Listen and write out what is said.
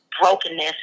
brokenness